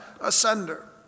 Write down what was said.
asunder